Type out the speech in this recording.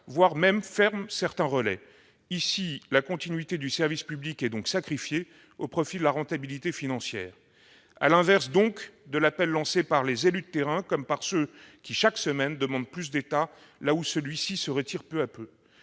voire ferme certains relais. La continuité du service public est donc sacrifiée au profit de la rentabilité financière, à l'inverse de l'appel lancé par les élus de terrain et par ceux qui, chaque semaine, demandent plus d'État là où celui-ci se retire peu à peu,